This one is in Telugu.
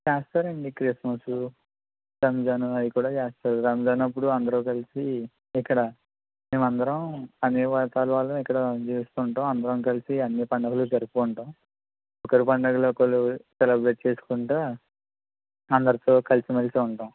చేస్తారండి క్రిస్మసు రంజాన్ అవి కూడా చేస్తారు రంజాన్ అప్పుడు అందరు కలిసి ఇక్కడ మేమందరం అన్ని వర్గాల వాళ్ళం ఇక్కడ జీవిస్తూ ఉంటాం అందరం కలిసి అన్ని పండగలు జరుపుకుంటాం ఒకళ్ళ పండుగలు ఒకళ్ళు సెలబ్రేట్ చేసుకుంటా అందరితో కలిసి మెలిసి ఉంటాం